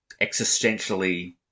existentially